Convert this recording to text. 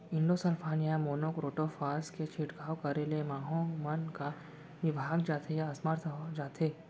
Endosulfan या monocrotophos के छिड़काव करे ले क माहो मन का विभाग जाथे या असमर्थ जाथे का?